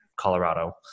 Colorado